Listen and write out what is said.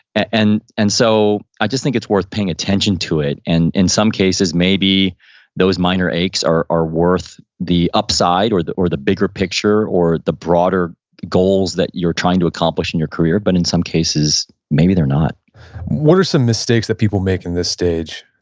and and so, i just think it's worth paying attention to it. and in some cases, maybe those minor aches are worth the upside or the or the bigger picture or the broader goals that you're trying to accomplish in your career. but in some cases, maybe they're not what are some mistakes that people make in this stage?